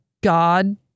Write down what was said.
God